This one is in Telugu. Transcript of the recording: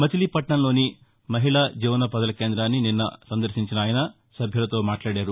మచిలీపట్నంలోని మహిళా జీవనోపాదుల కేంద్రాన్ని నిన్న సందర్భించిన ఆయన సభ్యులతో మాట్లాడారు